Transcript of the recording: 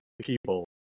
people